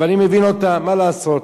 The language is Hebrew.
ואני מבין אותם, מה לעשות?